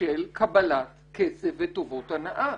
בשל קבלת כסף וטובות הנאה.